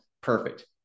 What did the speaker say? Perfect